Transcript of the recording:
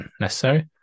necessary